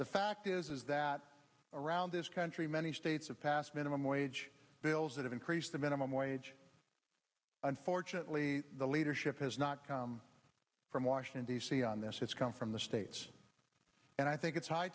the fact is that around this country many states have passed minimum wage bills that have increased the minimum wage unfortunately the leadership has not come from washington d c on this has come from the states and i think it's high